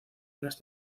unas